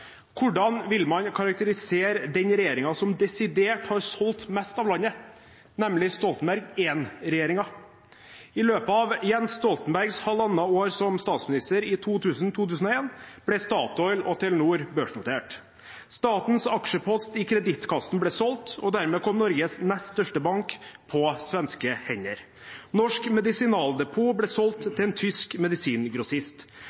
Hvordan vil man karakterisere den regjeringen som desidert har solgt mest av landet, nemlig Stoltenberg I-regjeringen? I løpet av Jens Stoltenbergs halvannet år som statsminister i 2000–2001, ble Statoil og Telenor børsnotert. Statens aksjepost i Kreditkassen ble solgt, og dermed kom Norges nest største bank på svenske hender. Norsk Medisinaldepot ble solgt